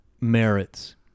merits